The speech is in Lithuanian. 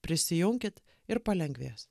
prisijunkit ir palengvės